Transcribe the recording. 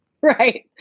right